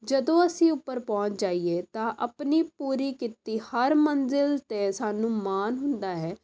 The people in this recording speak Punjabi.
ਜਦੋਂ ਅਸੀਂ ਉੱਪਰ ਪਹੁੰਚ ਜਾਈਏ ਤਾਂ ਆਪਣੀ ਪੂਰੀ ਕੀਤੀ ਹਰ ਮੰਜ਼ਿਲ 'ਤੇ ਸਾਨੂੰ ਮਾਣ ਹੁੰਦਾ ਹੈ